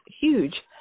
huge